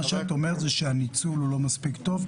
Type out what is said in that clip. מה שאת אומרת זה שהניצול הוא לא מספיק טוב,